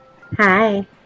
Hi